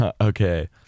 Okay